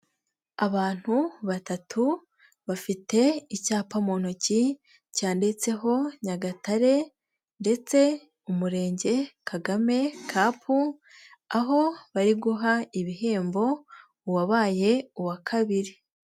Abantu batatu bafite icyapa mu ntoki cyanditseho Nyagatare ndetse Umurenge Kagame cup, aho bari guha ibihembo uwabaye uwa kabiri.